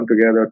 together